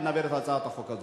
נעביר את הצעת החוק הזאת.